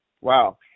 Wow